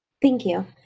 thank you.